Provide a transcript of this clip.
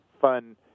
fun